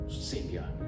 Savior